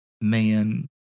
man